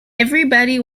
everybody